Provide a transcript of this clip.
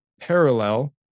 parallel